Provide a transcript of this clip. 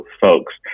folks